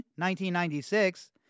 1996